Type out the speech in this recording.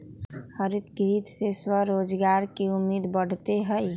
हरितगृह से स्वरोजगार के उम्मीद बढ़ते हई